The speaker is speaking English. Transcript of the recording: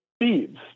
thieves